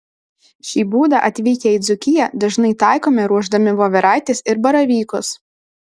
šį būdą atvykę į dzūkiją dažnai taikome ruošdami voveraites ir baravykus